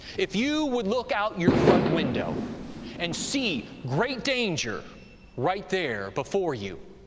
if you would look out your front window and see great danger right there before you,